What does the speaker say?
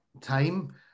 time